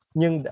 nhưng